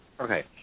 Okay